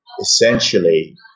essentially